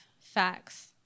facts